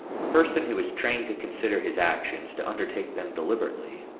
a person who is trained to consider his actions, to undertake them deliberately,